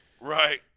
Right